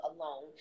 alone